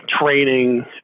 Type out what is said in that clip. training